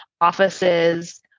offices